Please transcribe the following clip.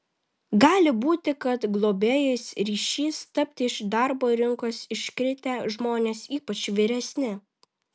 gali būti kad globėjais ryšis tapti iš darbo rinkos iškritę žmonės ypač vyresni